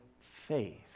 faith